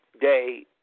day